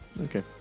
Okay